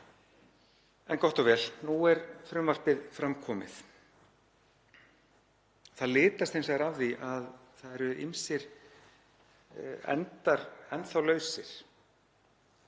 En gott og vel, nú er frumvarpið fram komið. Það litast hins vegar af því að enn eru ýmsir endar lausir,